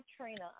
Trina